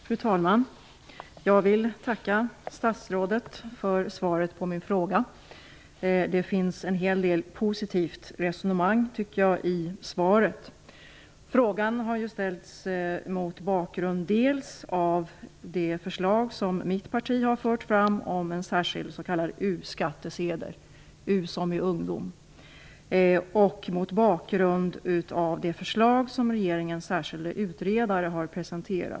Fru talman! Jag vill tacka statsrådet för svaret på min fråga. Det finns en hel del positivt resonemang i det. Frågan har ställts mot bakgrund av det förslag som mitt parti har fört fram om en särskild s.k. uskattesedel -- u står för ungdom -- och mot bakgrund av det förslag som regeringens särskilde utredare har presenterat.